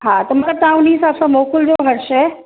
हा त मूंखे तव्हां हुन हिसाब सां मोकिलिजो हर शइ